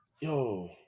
Yo